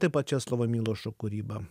taip pat česlovo milošo kūryba